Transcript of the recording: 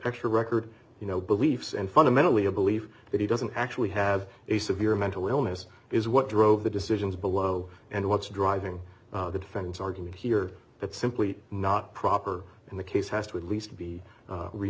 extra record you know beliefs and fundamentally a belief that he doesn't actually have a severe mental illness is what drove the decisions below and what's driving the defense argument here that's simply not proper and the case has to at least be